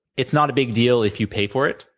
it's not a big deal, if you pay for it.